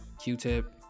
Q-Tip